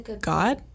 God